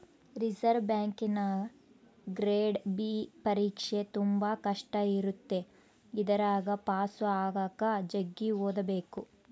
reserve ಬ್ಯಾಂಕಿನಗ grade B ಪರೀಕ್ಷೆ ತುಂಬಾ ಕಷ್ಟ ಇರುತ್ತೆ ಇದರಗ ಪಾಸು ಆಗಕ ಜಗ್ಗಿ ಓದಬೇಕು